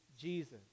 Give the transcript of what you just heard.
Jesus